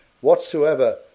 Whatsoever